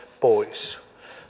pois